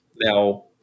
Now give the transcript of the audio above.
Now